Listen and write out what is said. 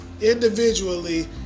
individually